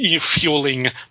fueling